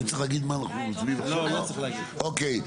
אוקיי.